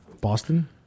Boston